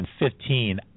2015